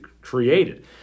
created